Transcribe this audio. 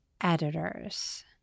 editors